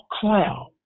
cloud